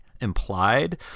implied